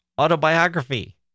autobiography